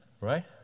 Right